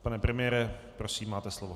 Pane premiére, prosím, máte slovo.